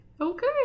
okay